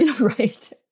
Right